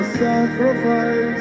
sacrifice